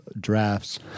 drafts